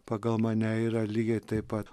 pagal mane yra lygiai taip pat